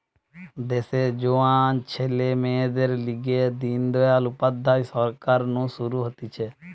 দেশের জোয়ান ছেলে মেয়েদের লিগে দিন দয়াল উপাধ্যায় সরকার নু শুরু হতিছে